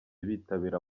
bitabira